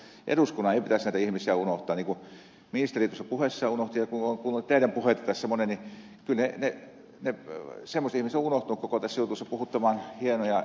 sen takia minusta eduskunnan ei pitäisi näitä ihmisiä unohtaa niin kuin ministeri tuossa puheessaan unohti ja kun on tässä kuunnellut monen teidän puheita niin kyllä semmoiset ihmiset ovat unohtuneet koko tässä jutussa